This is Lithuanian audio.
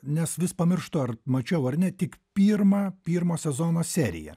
nes vis pamirštu ar mačiau ar ne tik pirmą pirmo sezono seriją